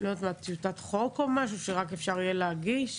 טיוטת חוק או משהו שרק אפשר יהיה להגיש,